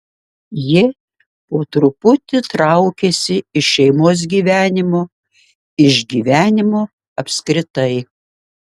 ji po truputį traukėsi iš šeimos gyvenimo iš gyvenimo apskritai